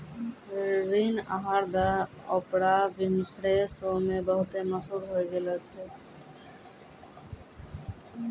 ऋण आहार द ओपरा विनफ्रे शो मे बहुते मशहूर होय गैलो छलै